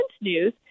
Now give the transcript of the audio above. news